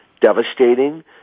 devastating